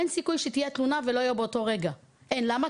אין סיכוי שתהיה תלונה ולא יהיה באותו רגע, למה?